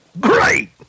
Great